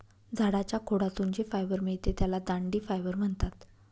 झाडाच्या खोडातून जे फायबर मिळते त्याला दांडी फायबर म्हणतात